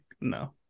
No